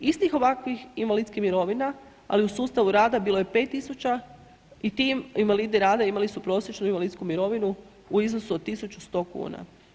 Istih ovakvih invalidskih mirovina ali u sustavu rada, bilo je 5000 i ti invalidi rada imali su prosječnu invalidsku mirovinu u iznosu od 1100 kuna.